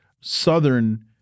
southern